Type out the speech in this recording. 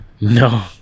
No